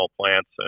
plants